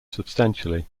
substantially